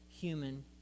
human